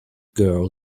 girl